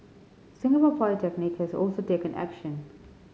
Singapore Polytechnic has also taken action